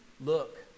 look